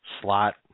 slot